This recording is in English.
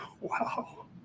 Wow